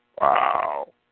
Wow